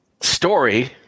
story